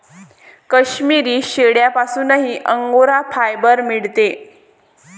काश्मिरी शेळ्यांपासूनही angora fibre मिळते